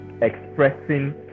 expressing